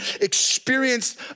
experienced